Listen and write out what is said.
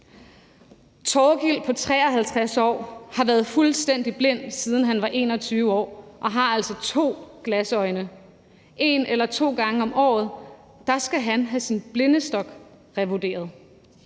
Thorkild på 53 år har været fuldstændig blind, siden han var 21 år og har altså to glasøjne. En eller to gange om året skal han have sin blindestok revurderet.